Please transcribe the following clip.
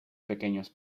pequeños